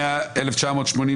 רוויזיה מס' 96,